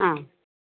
ആ